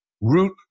Root